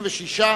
31,